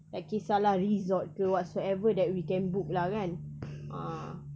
tak kisah lah resort ke whatsoever that we can book lah kan ah